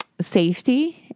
safety